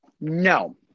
No